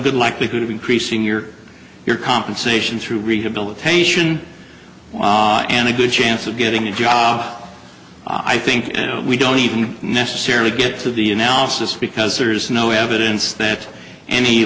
good likelihood of increasing your your compensation through rehabilitation and a good chance of getting a job i think we don't even necessarily get to the analysis because there is no evidence that any